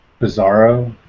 bizarro